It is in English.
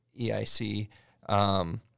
EIC